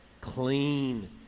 clean